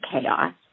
chaos